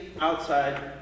outside